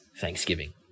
thanksgiving